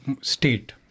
state